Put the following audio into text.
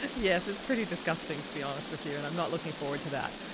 yes, it's pretty disgusting to be honest with you, and i'm not looking forward to that.